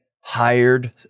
hired